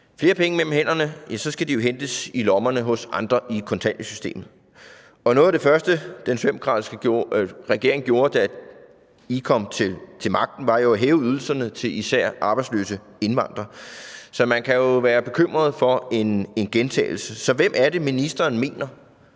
flere penge mellem hænderne, ja, så skal de hentes i lommerne på andre i kontanthjælpssystemet. Noget af det første, den socialdemokratiske regering gjorde, da den kom til magten, var jo at hæve ydelserne til især arbejdsløse indvandrere. Så man kan jo være bekymret for en gentagelse. Så hvem er det, ministeren mener